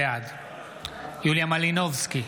בעד יוליה מלינובסקי,